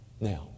Now